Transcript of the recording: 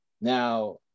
Now